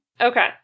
Okay